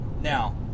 Now